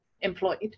employed